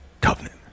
covenant